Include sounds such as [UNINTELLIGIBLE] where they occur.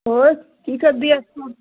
ਹੋਰ ਕੀ ਕਰਦੀ ਆ [UNINTELLIGIBLE]